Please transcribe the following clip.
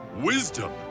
wisdom